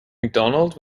mcdonald